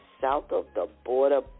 south-of-the-border